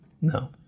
No